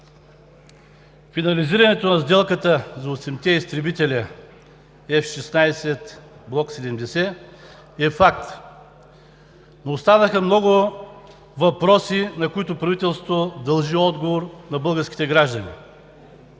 Финализирането на сделката за осемте изтребителя F-16 Block 70 е факт, но останаха много въпроси, на които правителството дължи отговор на българските граждани.